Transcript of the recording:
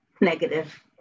negative